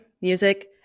music